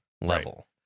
level